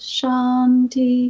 Shanti